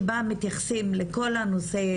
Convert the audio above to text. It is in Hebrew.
שבה מתייחסים לכל הנושא,